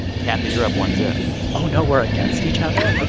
kathy, you're up one zip oh, no. we're against each other? like